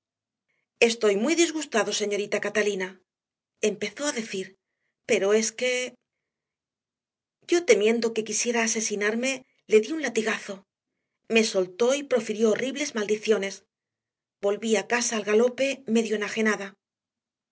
estoy muy disgustado señorita catalina empezó a decir pero es que yo temiendo que quisiera asesinarme le di un latigazo me soltó y profirió horribles maldiciones volví a casa al galope medio enajenada